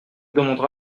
demandera